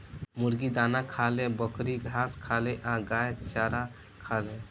मुर्गी दाना खाले, बकरी घास खाले आ गाय चारा खाले